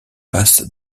passe